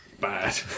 bad